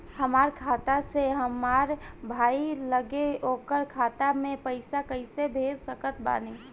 हमार खाता से हमार भाई लगे ओकर खाता मे पईसा कईसे भेज सकत बानी?